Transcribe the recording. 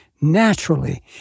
naturally